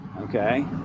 Okay